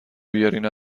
بیارین